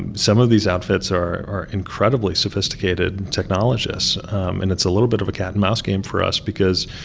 and some of these outfits are are incredibly sophisticated technologists. and it's a little bit of a cat-and-mouse game for us because,